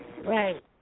Right